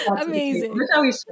amazing